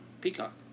Peacock